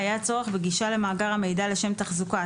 היה צורך בגישה למאגר המידע לשם תחזוקה,